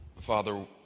Father